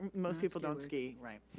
most people don't ski, right.